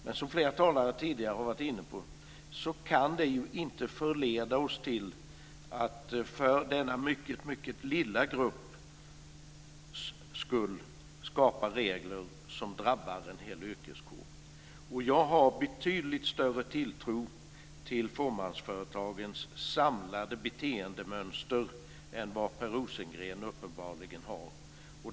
Men som flera talare tidigare har varit inne på kan det ju inte förleda oss till att för denna mycket, mycket lilla grupps skull skapa regler som drabbar en hel yrkeskår. Jag har betydligt större tilltro till fåmansföretagarnas samlade beteendemönster än vad Per Rosengren uppenbarligen har.